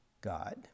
God